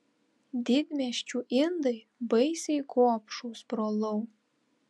didmiesčių indai baisiai gobšūs brolau